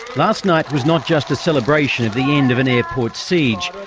last night was not just a celebration of the end of an airport siege,